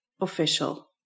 official